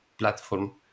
Platform